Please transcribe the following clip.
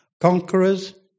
conquerors